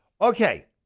Okay